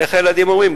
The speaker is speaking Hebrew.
איך הילדים אומרים,